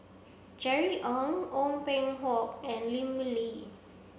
Jerry Ng Ong Peng Hock and Lim Lee